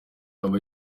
aba